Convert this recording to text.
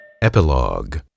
Epilogue